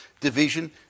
division